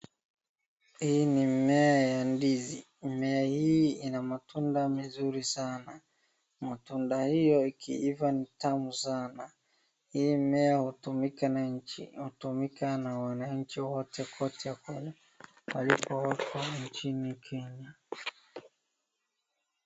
Hii ni mmea ya ndizi. Mmea hii ina matunda mazuri sana. Matunda hiyo ikiiva ni tamu sana. Hii mmea hutumika na nchi, hutumika na wananchi wote kote [?] waliko nchini Kenya.